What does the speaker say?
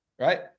right